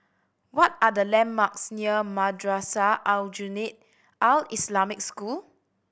what are the landmarks near Madrasah Aljunied Al Islamic School